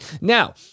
Now